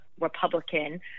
Republican